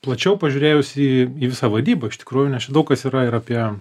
plačiau pažiūrėjus į į visą vadybą iš tikrųjų nes čia daug kas yra ir apie